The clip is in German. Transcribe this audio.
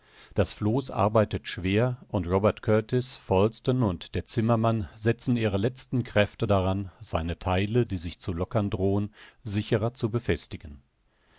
das floß arbeitet schwer und robert kurtis falsten und der zimmermann setzen ihre letzten kräfte daran seine theile die sich zu lockern drohen sicherer zu befestigen